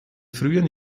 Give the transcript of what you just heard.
frühen